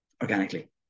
organically